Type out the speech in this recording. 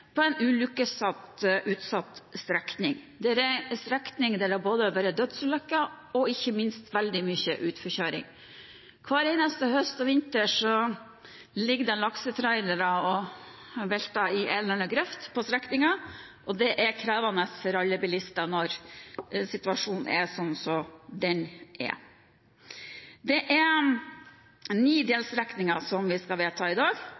på en ulykkesutsatt strekning. Det er en strekning der det har vært både dødsulykker og ikke minst veldig mange utforkjøringer. Hver eneste høst og vinter ligger det laksetrailere veltet i en eller annen grøft på strekningen, og det er krevende for alle bilister når situasjonen er sånn som den er. Det er ni delstrekninger vi skal vedta i dag,